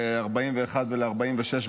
ל-41 ול-46,